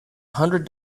hundred